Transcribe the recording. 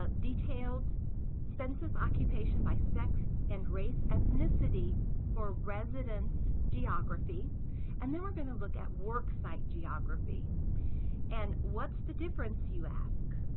ah detailed census occupation by sex and race ethnicity for residents geography and then we're going to look at work site geography and what's the difference you aske?